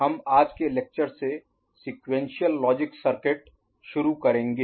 हम आज के लेक्चर से sequential logic circuit Sequential Logic Circuit अनुक्रमिक तर्क सर्किट शुरू करेंगे